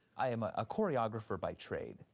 i am a ah choreographer by trade.